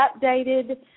updated